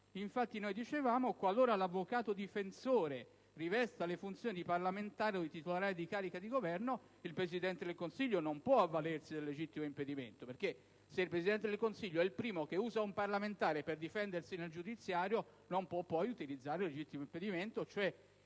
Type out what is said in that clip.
1.513 si legge: «Qualora l'avvocato difensore rivesta le funzioni di parlamentare o di titolare di carica di Governo, il Presidente del Consiglio non può avvalersi del legittimo impedimento». Se il Presidente del Consiglio è il primo ad usare un parlamentare per difendersi nel giudiziario, non può poi utilizzare il legittimo impedimento, ossia